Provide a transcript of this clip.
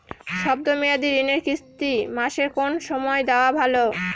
শব্দ মেয়াদি ঋণের কিস্তি মাসের কোন সময় দেওয়া ভালো?